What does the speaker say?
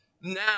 Now